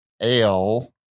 Ale